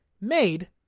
made